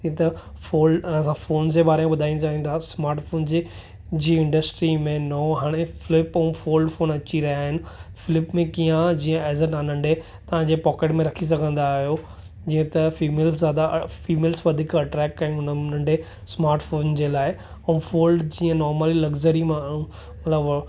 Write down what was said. जीअं त फोल असां फोन जे बारे में ॿुधाइणु चाहींदासि स्माट फोन जे जी इंडस्ट्री में नओं हाणे फ्लिप ऐं फोल्ड फोन अची रहिया आहिनि फ्लिप में कीअं आहे जीअं एज़ आ तव्हां नंढे तव्हांजे पॉकेट में रखी सघंदा आहियो जीअं त फीमेल्स ज़्यादा फीमेल्स वधीक अट्रेक्ट कनि उन नंढे स्माट फोन जे लाइ ऐं फोल्ड जीअं नार्मल लग्ज़री माण्हू